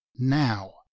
Now